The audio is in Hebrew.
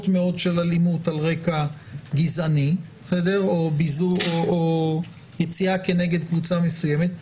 מאוד של אלימות על רקע גזעני או יציאה כנגד קבוצה מסוימת,